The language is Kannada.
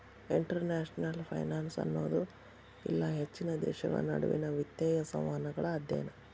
ಇಂಟರ್ನ್ಯಾಷನಲ್ ಫೈನಾನ್ಸ್ ಅನ್ನೋದು ಇಲ್ಲಾ ಹೆಚ್ಚಿನ ದೇಶಗಳ ನಡುವಿನ್ ವಿತ್ತೇಯ ಸಂವಹನಗಳ ಅಧ್ಯಯನ